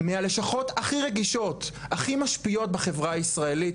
מהלשכות הכי רגישות והכי משפיעות בחברה הישראלית,